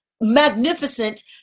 magnificent